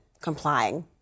complying